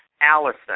Allison